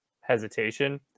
hesitation